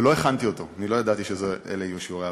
ולא הכנתי אותו, לא ידעתי שאלו יהיו שיעורי-הבית.